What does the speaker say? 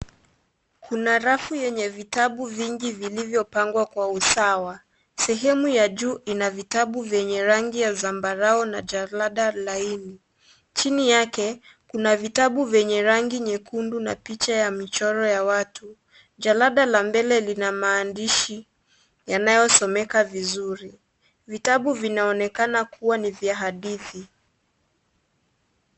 Kuna rafu yenye vitabu vingi vilivyopangwa kwa usawa. Sehemu ya juu ina vitabu vyenye rangi ya zambarau na jalada laini. Chini yake kuna vitabu vyenye rangi nyekundu na picha ya michoro ya watu. Jalada la mbele lina maandishi yanayosomeka vizuri. Vitabu vinaonekana kuwa ni vya hadithi.